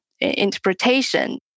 interpretation